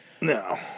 No